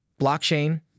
blockchain